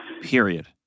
Period